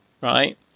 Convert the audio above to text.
right